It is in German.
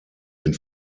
den